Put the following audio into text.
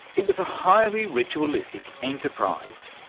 it was a highly ritualistic enterprise,